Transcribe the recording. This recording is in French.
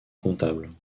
comptables